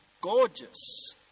gorgeous